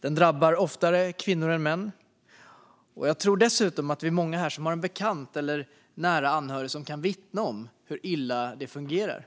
Den drabbar kvinnor oftare än män. Jag tror dessutom att vi är många här som har en bekant eller nära anhörig som kan vittna om hur illa det fungerar.